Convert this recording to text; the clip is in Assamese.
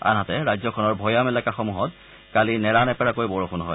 আনহাতে ৰাজ্যখনৰ ভৈয়াম এলেকাসমূহত কালি নেৰা নেপেৰাকৈ বৰযুণ হয়